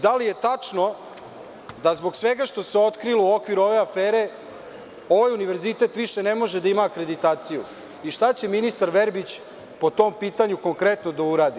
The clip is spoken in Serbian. Da li je tačno da zbog svega što se otkrilo u okviru ove afere ovaj univerzitet više ne može da ima akreditaciju i šta će ministar Verbić po tom pitanju konkretno da uradi?